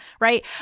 right